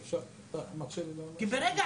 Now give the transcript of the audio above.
ברגע